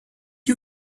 you